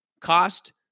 cost